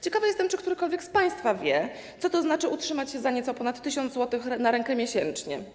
Ciekawa jestem, czy ktokolwiek z państwa wie, co to znaczy utrzymać się za nieco ponad 1 tys. zł na rękę miesięcznie?